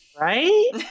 Right